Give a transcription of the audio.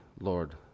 Lord